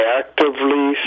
actively